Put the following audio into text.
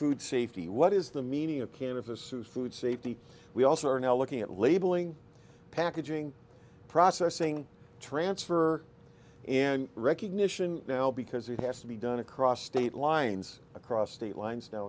food safety what is the meaning of cannabis suit food safety we also are now looking at labeling packaging processing transfer and recognition now because it has to be done across state lines across state lines now